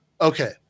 Okay